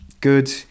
good